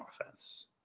offense